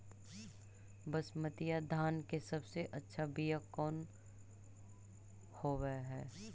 बसमतिया धान के सबसे अच्छा बीया कौन हौब हैं?